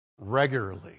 regularly